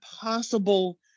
possible